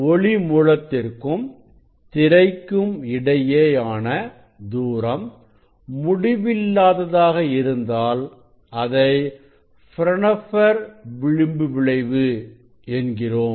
ஒளி மூலத்திற்கும் திரைக்கும் இடையேயான தூரம் முடிவில்லாததாக இருந்தால் அதை பிரான்ஹோபெர் விளிம்பு விளைவு என்கிறோம்